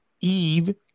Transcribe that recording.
Eve